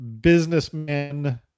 businessman